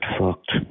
fucked